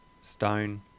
stone